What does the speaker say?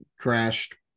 crashed